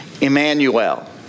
Emmanuel